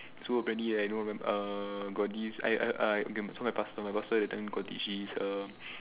so apparently like err got this I I I okay so my pastor my pastor got this he is uh